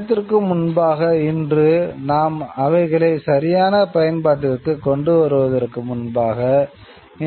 அனைத்திற்கும் முன்பாக இன்று நாம் அவைகளை சரியான பயன்பாட்டிற்கு கொண்டு வருவதற்கு முன்பாக